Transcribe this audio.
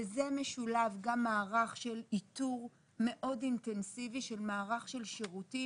לזה משולב גם מערך של איתור מאוד אינטנסיבי של מערך של שירותים,